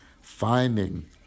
finding